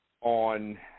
on